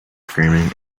screaming